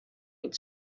went